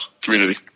Community